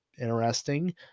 interesting